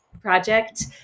project